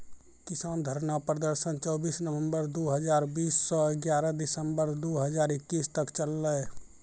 किसान धरना प्रदर्शन चौबीस नवंबर दु हजार बीस स ग्यारह दिसंबर दू हजार इक्कीस तक चललै